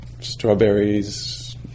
strawberries